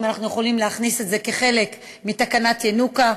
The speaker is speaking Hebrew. אנחנו יכולים להכניס את זה כחלק מתקנת ינוקא.